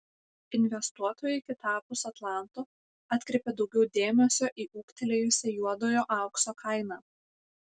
investuotojai kitapus atlanto atkreipė daugiau dėmesio į ūgtelėjusią juodojo aukso kainą